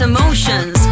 Emotions